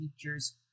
features